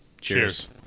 cheers